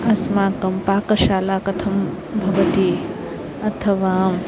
अस्माकं पाकशाला कथं भवति अथवा